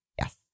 Yes